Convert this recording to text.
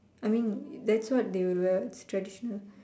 I mean that's what they will wear it's traditional